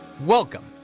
Welcome